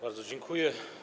Bardzo dziękuję.